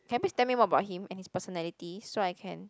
can you please tell me more about him and his personality so I can